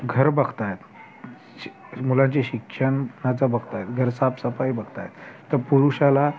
घर बघत आहेत शि मुलांचे शिक्षणाचं बघत आहेत घर साफसफाई बघत आहेत तर पुरुषाला